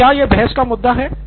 तो क्या यह बहस का मुद्दा है